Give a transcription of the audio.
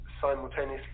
simultaneously